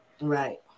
Right